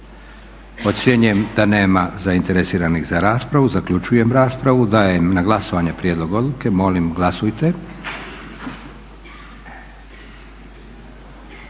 Ocjenjujem da nema zainteresiranih za raspravu. Zaključujem raspravu. Dajem na glasovanje prijedlog odluke. Molim glasujte.